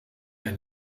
ein